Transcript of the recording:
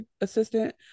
assistant